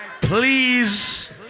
please